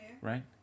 Right